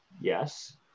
yes